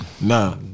Nah